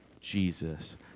jesus